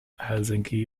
helsinki